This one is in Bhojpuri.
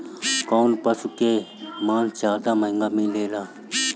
कौन पशु के मांस ज्यादा महंगा मिलेला?